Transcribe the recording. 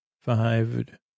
five